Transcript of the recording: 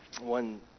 One